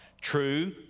true